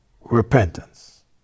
repentance